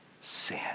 sin